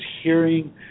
hearing